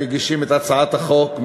מגישים את הצעת החוק,